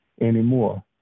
anymore